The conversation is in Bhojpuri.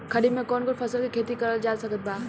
खरीफ मे कौन कौन फसल के खेती करल जा सकत बा?